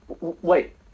Wait